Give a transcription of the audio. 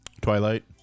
Twilight